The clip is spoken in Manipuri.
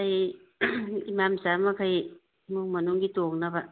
ꯑꯩ ꯏꯃꯥ ꯃꯆꯥ ꯃꯈꯩ ꯏꯃꯨꯡ ꯃꯅꯨꯡꯒꯤ ꯇꯣꯡꯅꯕ